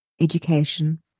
education